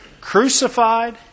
crucified